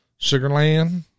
Sugarland